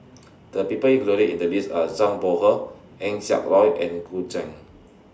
The People included in The list Are Zhang Bohe Eng Siak Loy and Gu Juan